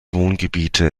wohngebiete